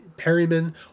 Perryman